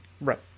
Right